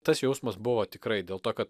tas jausmas buvo tikrai dėl to kad